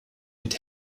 mit